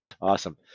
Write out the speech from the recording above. Awesome